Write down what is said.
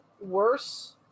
worse